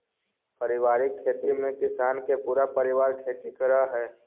पारिवारिक खेती में किसान के पूरा परिवार खेती करऽ हइ